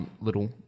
little